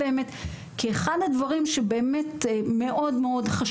אבל מה שאני אומר, ובזה באמת אני